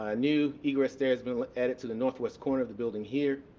ah new egress stair has been added to the northwest corner of the building here.